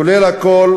כולל הכול,